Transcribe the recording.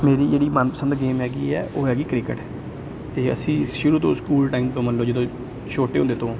ਮੇਰੀ ਜਿਹੜੀ ਮਨਪਸੰਦ ਗੇਮ ਹੈਗੀ ਹੈ ਉਹ ਹੈਗੀ ਕ੍ਰਿਕਟ ਅਤੇ ਅਸੀਂ ਸ਼ੁਰੂ ਤੋਂ ਸਕੂਲ ਟਾਈਮ ਤੋਂ ਮਤਲਬ ਜਦੋਂ ਛੋਟੇ ਹੁੰਦੇ ਤੋਂ